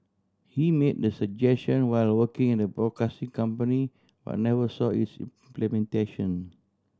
he made the suggestion while working in the broadcasting company but never saw its implementation